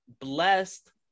Blessed